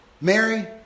Mary